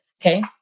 okay